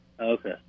Okay